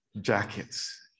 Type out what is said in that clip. jackets